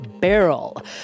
barrel